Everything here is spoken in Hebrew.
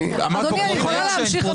אדוני, אני יכולה להמשיך?